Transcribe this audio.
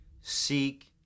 seek